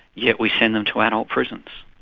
yet we send them to adult prisons.